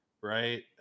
Right